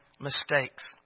mistakes